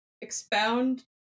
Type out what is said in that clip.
expound